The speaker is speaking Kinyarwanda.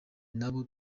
nabyo